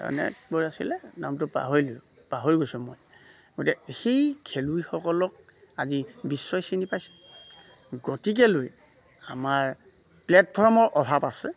আছিলে নামটো পাহৰিলোঁ পাহৰি গৈছোঁ মই গতিকে সেই খেলুৱৈসকলক আজি বিশ্বই চিনি পাইছোঁ গতিকেলৈ আমাৰ প্লেটফৰ্মৰ অভাৱ আছে